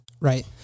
right